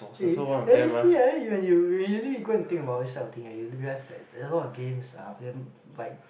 eh then you see ah you when you really go and think about these type of things you realize that they are a lot of games are then like